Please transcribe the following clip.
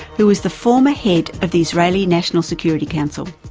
who was the former head of the israeli national security council.